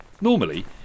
Normally